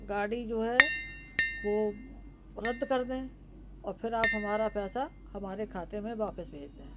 गाड़ी जो है वो रद्द कर दें और फिर आप हमारा पैसा हमारे खाते में वापिस भेज दें